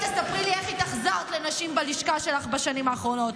בואי תספרי לי איך התאכזרת לנשים בלשכה שלך בשנים האחרונות.